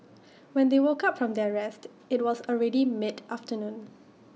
when they woke up from their rest IT was already mid afternoon